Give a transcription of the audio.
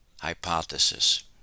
hypothesis